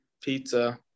pizza